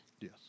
Yes